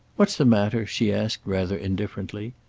what's the matter? she asked rather indifferently.